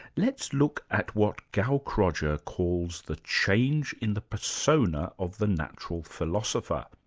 let's look at what gaukroger calls the change in the persona of the natural philosopher,